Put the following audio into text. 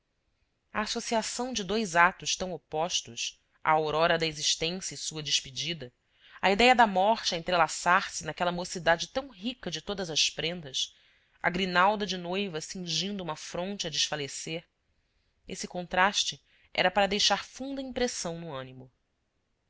a associação de dois atos tão opostos a aurora da existência e sua despedida a idéia da morte a entrelaçar se naquela mocidade tão rica de todas as prendas a grinalda de noiva cingindo uma fronte a desfalecer esse contraste era para deixar funda impressão no ânimo